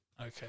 okay